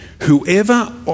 Whoever